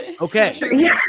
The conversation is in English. Okay